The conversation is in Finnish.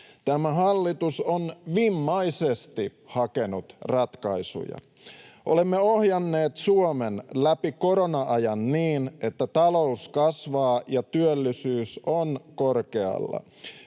Tämä hallitus on vimmaisesti hakenut ratkaisuja. Olemme ohjanneet Suomen läpi korona-ajan niin, että talous kasvaa ja työllisyys on korkealla.